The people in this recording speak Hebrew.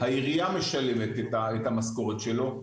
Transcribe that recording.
העירייה משלמת את המשכורת שלו.